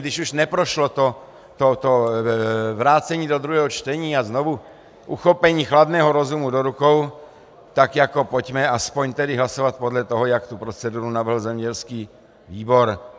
Když už neprošlo to vrácení do druhého čtení a znovuuchopení chladného rozumu do rukou, tak pojďme aspoň hlasovat podle toho, jak tu proceduru navrhl zemědělský výbor.